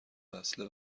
وصله